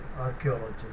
archaeologists